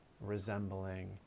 resembling